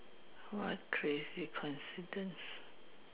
what crazy coincidence